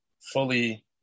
fully